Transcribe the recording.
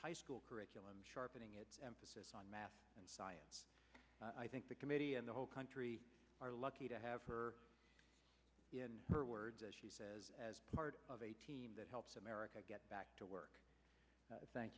high school curriculum sharpening its emphasis on math and science i think the committee and the whole country are lucky to have her in her words as she says as part of a team that helps america get back to work thank